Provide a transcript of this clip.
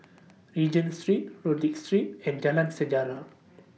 Regent Street Rodyk Street and Jalan Sejarah